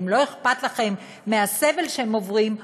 ואם לא אכפת לכם מהסבל שהם עוברים,